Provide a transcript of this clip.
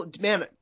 Man